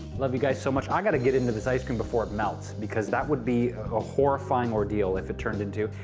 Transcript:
love you guys so much. i got to get into this ice cream before it melts because that would a ah horrifying ordeal if it turns into.